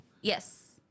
Yes